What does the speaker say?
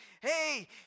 hey